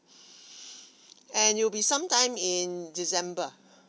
and it will be sometime in december